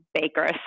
bakers